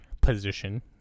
position